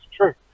true